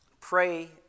pray